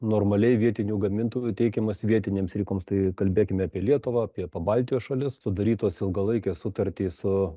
normaliai vietinių gamintojų teikiamas vietinėms rinkoms tai kalbėkime apie lietuvą apie pabaltijo šalis sudarytos ilgalaikės sutartys su